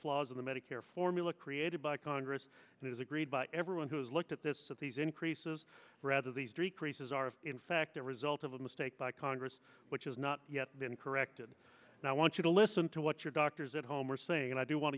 flaws in the medicare form look created by congress and it is agreed by everyone who has looked at this that these increases rather these decreases are in fact a result of a mistake by congress which has not yet been corrected and i want you to listen to what your doctors at home are saying and i do want